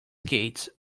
skates